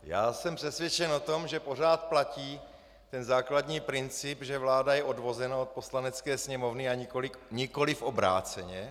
Já jsem přesvědčen o tom, že pořád platí základní princip, že vláda je odvozena od Poslanecké sněmovny, a nikoliv obráceně.